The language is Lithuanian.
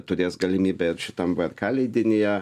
turės galimybę ir šitam vrk leidinyje